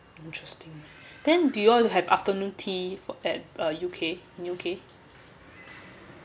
interesting then do you all have afternoon tea for at U_K in U_K